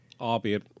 Albeit